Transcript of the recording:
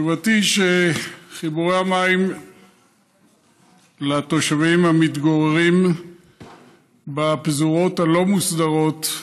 תשובתי היא שחיבורי המים לתושבים המתגוררים בפזורות הלא-מוסדרות,